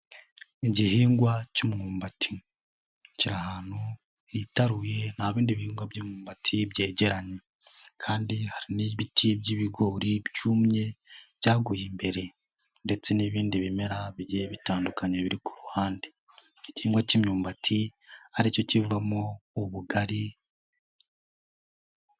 Igihingwa cy'imyumbati, kiri ahantu hitaruye, nta bindi bihingwa by'imyumbati byegeranye, kandi hari n'ibiti by'ibigori byumye byaguye imbere, ndetse n'ibindi bimera bigiye bitandukanye biri ku ruhande, igihingwa cy'imyumbati aricyo kivamo ubugari.